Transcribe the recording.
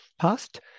passed